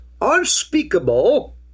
unspeakable